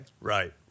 Right